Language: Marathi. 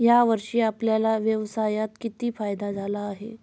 या वर्षी आपल्याला व्यवसायात किती फायदा झाला आहे?